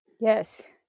yes